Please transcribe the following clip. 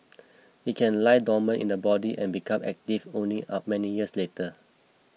it can lie dormant in the body and become active only up many years later